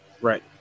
Right